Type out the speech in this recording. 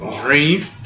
Dream